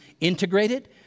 integrated